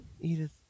Edith